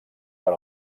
per